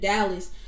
Dallas